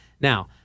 Now